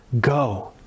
Go